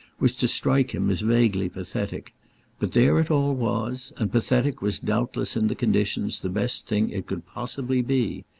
was to strike him as vaguely pathetic but there it all was, and pathetic was doubtless in the conditions the best thing it could possibly be.